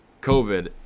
COVID